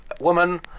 woman